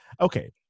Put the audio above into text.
Okay